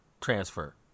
transfer